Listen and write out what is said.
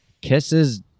kisses